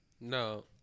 no